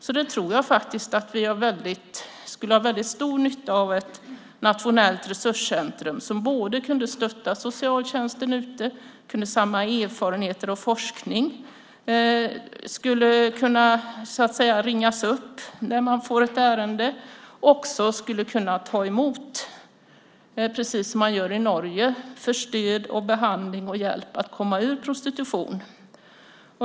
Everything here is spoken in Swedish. Därför tror jag att vi skulle ha väldigt stor nytta av ett nationellt resurscentrum som kan stötta socialtjänsten ute, som kan samla erfarenheter och forskning och som skulle kunna ringas upp när någon får ett sådant ärende. Man skulle också, precis som man gör i Norge, kunna ta emot människor för stöd, behandling och hjälp att komma ur prostitution.